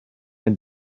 and